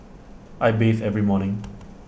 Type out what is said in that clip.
I bathe every morning